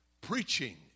preaching